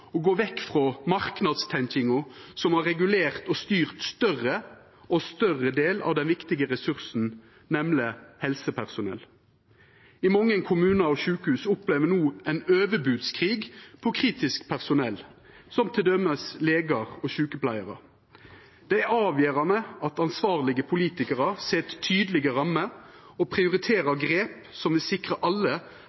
gå vekk frå marknadstenkinga som har regulert og styrt ein større og større del av den viktige ressursen, nemleg helsepersonell. I mange kommunar og sjukehus opplever ein no ein overbodskrig om kritisk personell, som t.d. legar og sjukepleiarar. Det er avgjerande at ansvarlege politikarar set tydelege rammer og